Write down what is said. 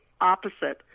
opposite